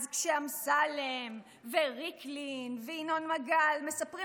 אז כשאמסלם וריקלין וינון מגל מספרים